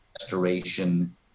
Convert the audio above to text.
restoration